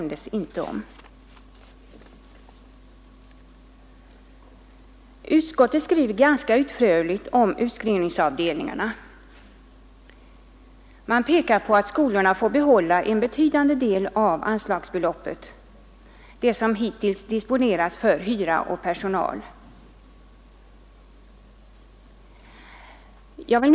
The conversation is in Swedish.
Utskottet skriver ganska utförligt om utskrivningsavdelningarna och pekar på att skolorna får behålla en betydande del av anslagsbeloppet — som hittills disponerats för hyra och personal.